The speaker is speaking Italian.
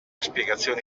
spiegazioni